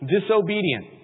disobedient